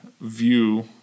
view